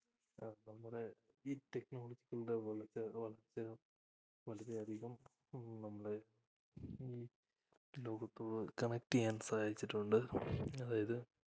ആ നമ്മുടെ ഈ ടെക്നോളജിയുടെ വളർച്ച വളർച്ച വളരെ അധികം നമ്മളെ ഈ ലോകത്തോട് കണക്റ്റ് ചെയ്യാൻ സാധിച്ചിട്ടുണ്ട് അതായത്